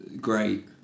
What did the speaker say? great